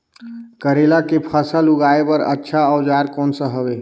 करेला के फसल उगाई बार अच्छा औजार कोन सा हवे?